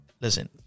listen